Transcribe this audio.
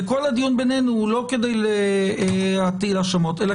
וכל הדיון בינינו הוא לא כדי להטיל אשמות אלא